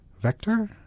Vector